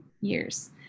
years